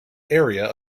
area